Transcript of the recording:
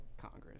Congress